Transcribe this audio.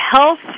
health